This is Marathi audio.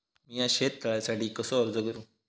मीया शेत तळ्यासाठी कसो अर्ज करू?